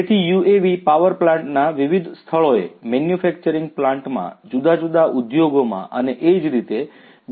તેથી UAVs power પ્લાન્ટના વિવિધ સ્થળોએ મેન્યુફેક્ચરીંગ પ્લાન્ટમાં જુદા જુદા ઉદ્યોગોમાં અને એ જ રીતે બીજે પણ થઈ શકે છે